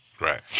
Right